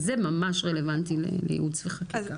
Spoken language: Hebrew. וזה ממש רלוונטי לייעוץ וחקיקה.